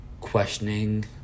questioning